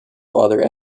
father